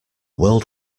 world